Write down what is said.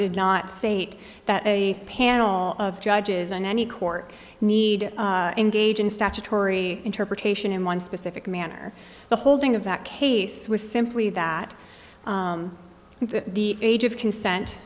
did not say that a panel of judges and any court need gaijin statutory interpretation in one specific manner the holding of that case was simply that the age of consent